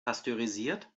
pasteurisiert